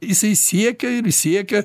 jisai siekia ir siekia